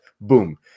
Boom